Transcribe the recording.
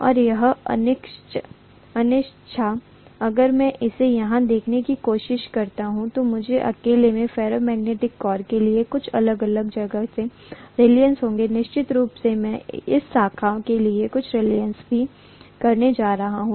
और यह अनिच्छा अगर मैं इसे यहां देखने की कोशिश करता हूं तो मुझे अकेले फेरोमैग्नेटिक कोर के लिए कुछ अलग अलग जगह पे रीलक्टन्स होंगे निश्चित रूप से मैं इस शाखा के लिए कुछ रीलक्टन्स भी करने जा रहा हूं